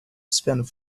spanned